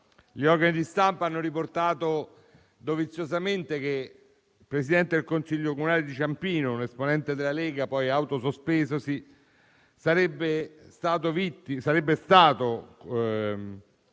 Gli organi di stampa hanno riportato doviziosamente che il Presidente del Consiglio comunale di Ciampino, un esponente della Lega poi autosospesosi, avrebbe picchiato